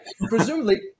Presumably